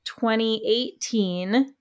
2018